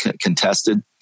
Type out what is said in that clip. contested